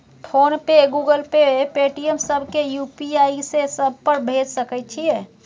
Phone पे, Google Pay, Paytm, सब के UPI से सब पर भेज सके छीयै?